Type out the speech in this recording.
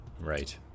Right